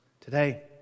today